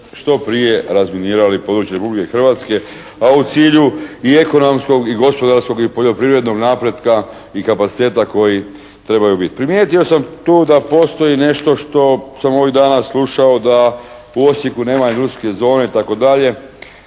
što prije razminirali područje Republike Hrvatske a u cilju i ekonomskog, i gospodarskog, i poljoprivrednog napretka i kapaciteta koji trebaju biti. Primijetio sam tu da postoji nešto što sam ovih dana slušao da u Osijeku nema industrijske zone itd.